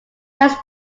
tennis